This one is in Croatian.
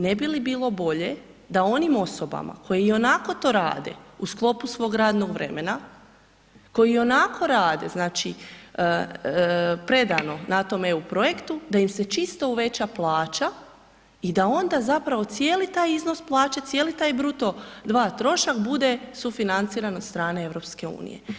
Ne bi li bilo bolje da onim osobama koji i onako to rade u sklopu svog radnog vremena, koji i onako rade predano na tom eu projektu da im se čisto uveća plaća i da onda zapravo cijeli taj iznos plaće, cijeli taj bruto dva trošak bude sufinanciran od strane EU?